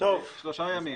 שלושה ימים.